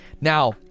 Now